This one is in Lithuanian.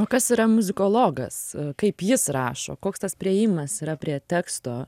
o kas yra muzikologas kaip jis rašo koks tas priėjimas yra prie teksto